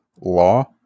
law